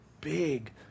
big